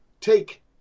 take